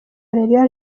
areruya